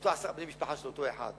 אותם עשרה בני משפחה של אותו אחד.